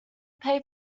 pay